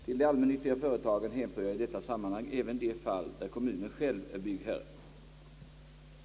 Till de allmännyttiga företagen hänför jag i detta sammanhang även de fall där kommunen själv är byggherre.